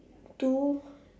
two